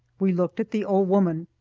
we looked at the old woman.